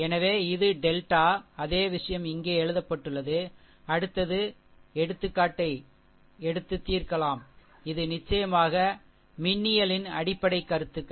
எனவே இது டெல்டா அதே விஷயம் இங்கே எழுதப்பட்டுள்ளது அடுத்தது எடுத்துக்காட்டை எடுத்து தீர்க்கலாம் இது நிச்சயமாக மின்னியலின் அடிப்படை கருத்துகள்